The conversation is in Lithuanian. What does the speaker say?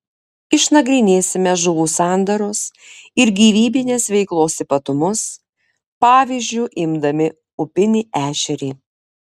išnagrinėsime žuvų sandaros ir gyvybinės veiklos ypatumus pavyzdžiu imdami upinį ešerį